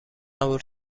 قبول